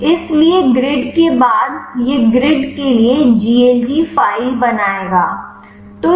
इसलिए ग्रिड के बाद यह ग्रिड के लिए GLG फ़ाइल बनाएगा